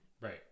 Right